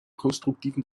konstruktiven